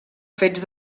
fets